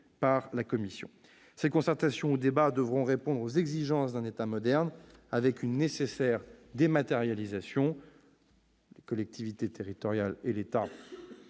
par la CNDP. Ces concertations ou débats devront répondre aux exigences d'un État moderne avec une nécessaire dématérialisation. Les collectivités territoriales et l'État